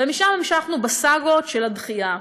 ומשם המשכנו בסאגות של הדחייה,